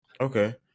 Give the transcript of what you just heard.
Okay